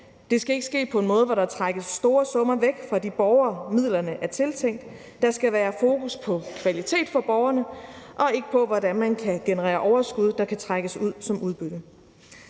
Det skal ikke ske på en måde, hvor der trækkes store summer væk fra de borgere, midlerne er tiltænkt. Der skal være fokus på kvalitet for borgerne og ikke på, hvordan man kan generere overskud, der kan trækkes ud som udbytte.